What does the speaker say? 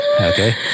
Okay